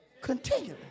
Continually